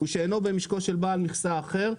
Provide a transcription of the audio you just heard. ושאינו במשקו של בעל מכסה אחר,